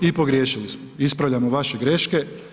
I pogriješili smo, ispravljamo vaše greške.